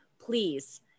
Please